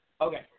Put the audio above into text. Okay